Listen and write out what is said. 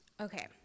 Okay